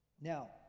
Now